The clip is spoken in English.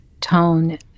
tone